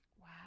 Wow